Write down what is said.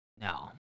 no